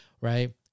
right